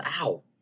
ow